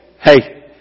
hey